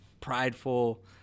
prideful